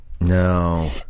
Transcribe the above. no